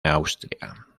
austria